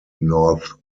north